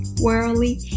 worldly